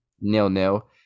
nil-nil